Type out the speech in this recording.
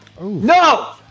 No